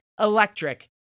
electric